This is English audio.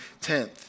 10th